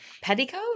Petticoat